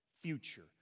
future